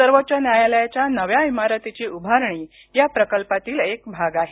सर्वोच्च न्यायालयाच्या नव्या इमारतीची उभारणी या प्रकल्पातील एक भाग आहे